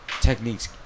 techniques